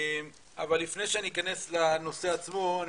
אבל לפני שאני אכנס לנושא עצמו אני